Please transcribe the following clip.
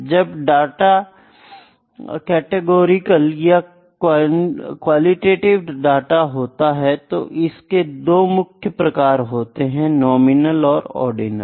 जब data categorical या qualitative होता है तो इसके दो मुख्य प्रकार है नॉमिनल व ऑर्डिनल